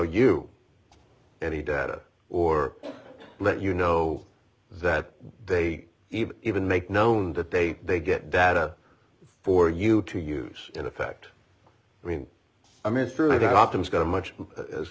you any data or let you know that they even make known that they they get data for you to use in effect i mean i mean it's true that optimus got a much